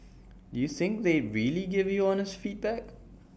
do you think they'd really give you honest feedback